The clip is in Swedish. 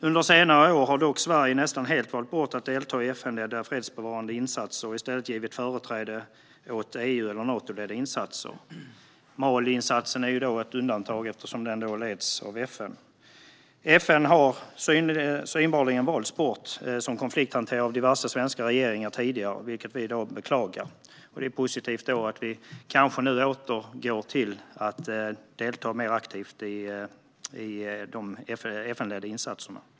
Under senare år har dock Sverige nästan helt valt bort att delta i FN-ledda fredsbevarande insatser och i stället givit företräde åt EU eller Natoledda insatser - Maliinsatsen är ett undantag, eftersom den leds av FN. FN har synbarligen valts bort som konflikthanterare av diverse svenska regeringar, vilket vi beklagar. Det är då positivt att vi nu kanske återgår till att delta mer aktivt i de FN-ledda insatserna.